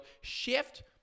shift